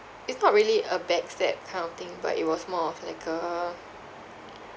it's not really a back stab kind of thing but it was more of like a